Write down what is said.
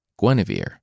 Guinevere